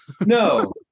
No